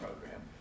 program